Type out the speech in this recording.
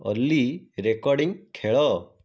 ଅଲି recording ଖେଳ